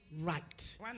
right